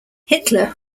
hitler